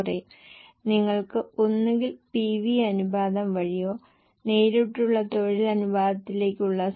അതിനാൽ നിങ്ങൾക്ക് PBT കണക്കാക്കാം അത് 1465 അല്ലെങ്കിൽ 1194 എങ്ങനെയാണ് നിങ്ങൾ നികുതി കണക്കാക്കുക